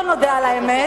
בואו נודה על האמת,